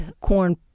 corn